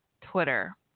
Twitter